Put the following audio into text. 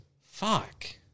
Fuck